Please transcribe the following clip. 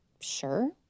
sure